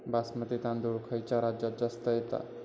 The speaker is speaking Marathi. बासमती तांदूळ खयच्या राज्यात जास्त येता?